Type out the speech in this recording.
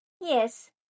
Yes